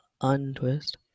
untwist